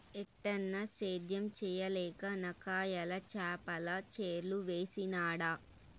ఏటన్నా, సేద్యం చేయలేక నాకయ్యల చేపల చెర్లు వేసినాడ